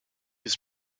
was